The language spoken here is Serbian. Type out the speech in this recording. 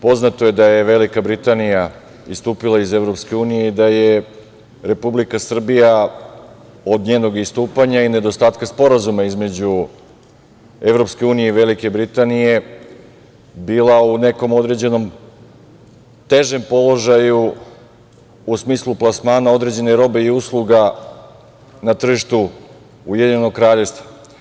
Poznato je da je Velika Britanija istupila iz Evropske unije i da je Republika Srbija od njenog istupanja i nedostatka sporazuma između Evropske unije i Velike Britanije bila u nekom određenom težem položaju, u smislu plasmana određene robe i usluga, na tržištu Ujedinjenog Kraljevstva.